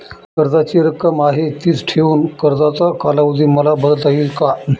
कर्जाची रक्कम आहे तिच ठेवून कर्जाचा कालावधी मला बदलता येईल का?